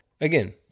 again